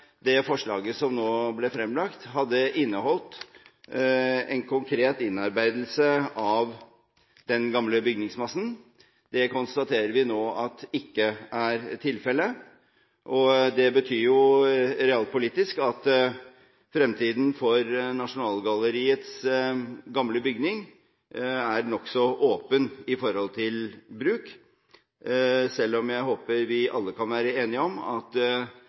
det forslaget som nå er blitt fremlagt, hadde inneholdt en konkret innarbeidelse av den gamle bygningsmassen. Det konstaterer vi nå ikke er tilfellet. Det betyr, realpolitisk, at fremtiden for Nasjonalgalleriets gamle bygning er nokså åpen når det gjelder bruk, selv om jeg håper vi alle kan være enige om at